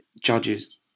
Judges